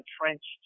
entrenched